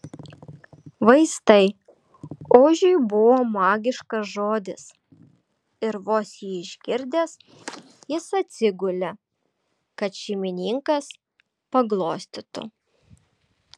vaistai ožiui buvo magiškas žodis ir vos jį išgirdęs jis atsigulė kad šeimininkas paglostytų